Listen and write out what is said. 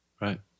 Right